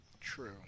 True